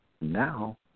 Now